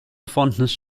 fondness